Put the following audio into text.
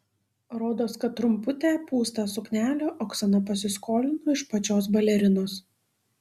rodos kad trumputę pūstą suknelę oksana pasiskolino iš pačios balerinos